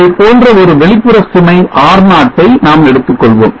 இதைப்போன்ற ஒரு வெளிப்புற சுமை R0 ட்டை நாம் எடுத்துக்கொள்வோம்